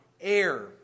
air